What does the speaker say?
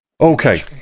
okay